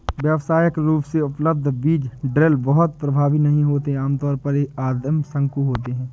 व्यावसायिक रूप से उपलब्ध बीज ड्रिल बहुत प्रभावी नहीं हैं आमतौर पर ये आदिम शंकु होते हैं